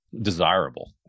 desirable